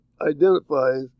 identifies